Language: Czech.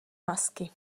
masky